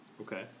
Okay